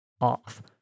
off